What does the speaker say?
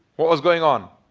what was going on,